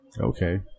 okay